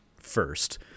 first